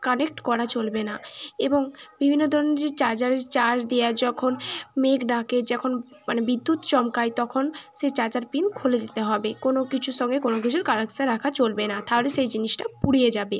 connect করা চলবে না এবং বিভিন্ন ধরনের যদি চার্জারে চার্জ দেওয়া যখন মেঘ ডাকে যখন মানে বিদ্যুৎ চমকায় তখন সেই চার্জার পিন খুলে দিতে হবে কোনো কিছুর সঙ্গে কোনো কিছুর কানেকশান রাখা চলবে না তাহলে সেই জিনিসটা পুড়িয়ে যাবে